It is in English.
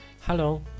hello